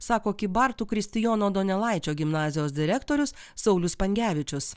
sako kybartų kristijono donelaičio gimnazijos direktorius saulius pangevičius